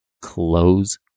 Close